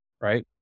right